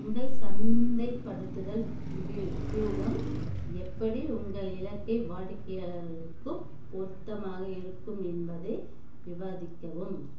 உங்கள் சந்தைப்படுத்துதல் விவி வியூகம் எப்படி உங்கள் இலக்கை வாடிக்கையாளர்களுக்குப் பொருத்தமாக இருக்கும் என்பதை விவாதிக்கவும்